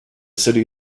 city